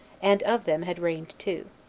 and of them had reigned two.